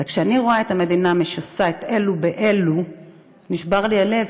וכשאני רואה את המדינה משסה את אלו באלו נשבר לי הלב,